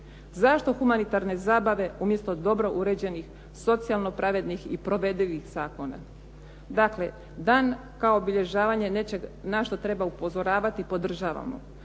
Zašto humanitarne zabave umjesto dobro uređenih socijalno pravednih i provedivih zakona? Dakle, dan kao obilježavanje nečeg na što treba upozoravati podržavamo,